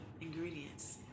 ingredients